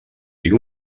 tinc